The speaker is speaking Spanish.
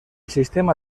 sistema